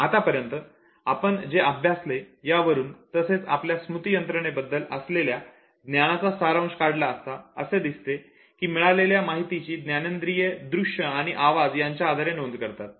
आतापर्यंत आपण जे अभ्यासले यावरून तसेच आपल्या स्मृती यंत्रणे बद्दल असलेल्या ज्ञानाचा सारांश काढला असता असे दिसते की मिळालेल्या माहितीची ज्ञानेंद्रिये दृश्य आणि आवाज यांच्या आधारे नोंद करतात